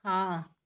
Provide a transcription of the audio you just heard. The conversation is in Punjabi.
ਹਾਂ